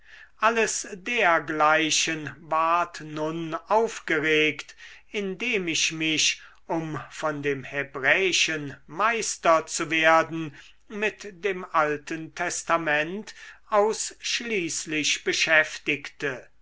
alles dergleichen ward nun aufgeregt indem ich mich um von dem hebräischen meister zu werden mit dem alten testament ausschließlich beschäftigte